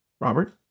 Robert